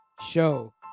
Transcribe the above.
show